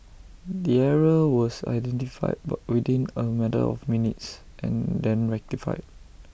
the error was identified but within A matter of minutes and then rectified